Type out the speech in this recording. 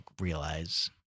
realize